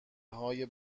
های